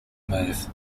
move